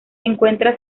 encuentra